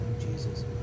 Jesus